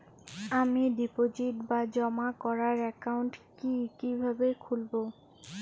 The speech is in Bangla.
আমি ডিপোজিট বা জমা করার একাউন্ট কি কিভাবে খুলবো?